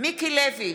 מיקי לוי,